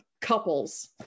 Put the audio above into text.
couples